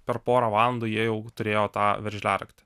per porą valandų jie jau turėjo tą veržliaraktį